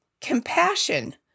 compassion